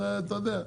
אתה יודע,